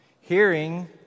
Hearing